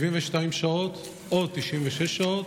72 שעות או 96 שעות?